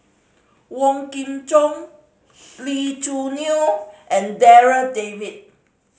Wong Kin Jong Lee Choo Neo and Darryl David